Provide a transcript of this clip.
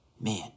man